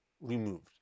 removed